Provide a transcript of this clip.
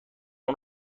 اون